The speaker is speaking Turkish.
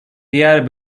diğer